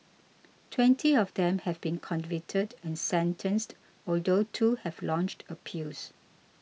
twenty of them have been convicted and sentenced although two have launched appeals